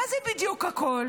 מה זה בדיוק הכול?